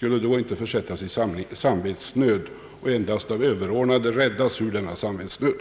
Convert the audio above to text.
då inte skulle försättas i samvetsnöd och endast av överordnade kunna räddas ur denna samvetsnöd.